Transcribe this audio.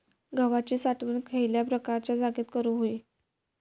गव्हाची साठवण खयल्या प्रकारच्या जागेत करू होई?